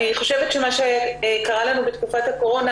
אני חושבת שמה שקרה לנו בתקופת הקורונה,